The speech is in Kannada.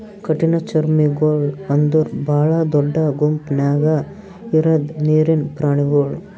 ಕಠಿಣಚರ್ಮಿಗೊಳ್ ಅಂದುರ್ ಭಾಳ ದೊಡ್ಡ ಗುಂಪ್ ನ್ಯಾಗ ಇರದ್ ನೀರಿನ್ ಪ್ರಾಣಿಗೊಳ್